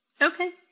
Okay